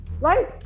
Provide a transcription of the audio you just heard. right